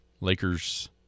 Lakers